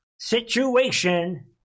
situation